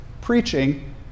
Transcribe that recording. preaching